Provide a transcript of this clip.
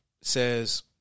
says